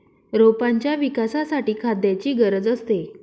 रोपांच्या विकासासाठी खाद्याची गरज असते